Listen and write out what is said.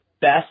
best